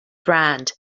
brand